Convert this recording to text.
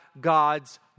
God's